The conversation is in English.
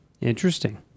Interesting